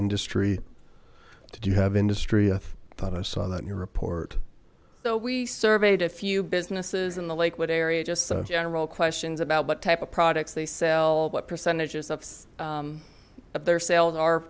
industry did you have industry i thought i saw that in your report so we surveyed a few businesses in the lakewood area just some general questions about what type of products they sell what percentages of their sales are